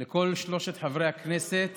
אל כל שלושת חברי הכנסת